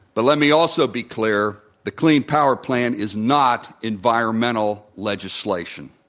but let me also be clear the clean power plan is not environmental legislation.